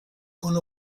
con